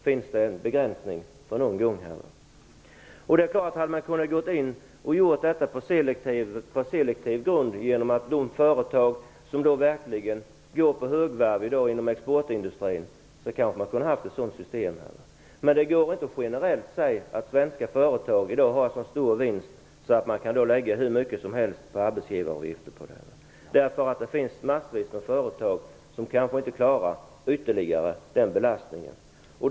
Vi hade kanske kunnat ha ett sådant system om vi hade kunnat göra detta på selektiv grund genom rikta in oss på de företag inom exportindustrin som verkligen går på högvarv. Men det går inte att generellt säga att svenska företag i dag har en stor vinst och att man kan lägga hur mycket som helst på arbetsgivaravgifter. Det finns massvis med företag som kanske inte klarar den belastningen.